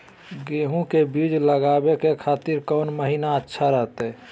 गेहूं के बीज लगावे के खातिर कौन महीना अच्छा रहतय?